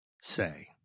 say